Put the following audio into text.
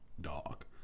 dog